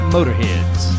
Motorheads